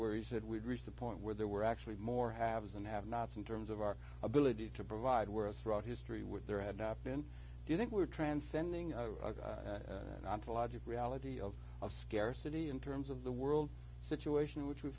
where he said we'd reached the point where there were actually more haves and have nots in terms of our ability to provide whereas throughout history with there had been do you think we're transcending ontological reality of scarcity in terms of the world situation which we